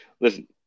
Listen